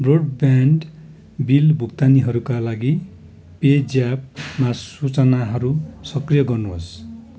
broadband bill भुक्तानीहरूका लागि pay ज्यापमा सूचनाहरू सक्रिय गर्नुहोस्